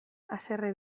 haserre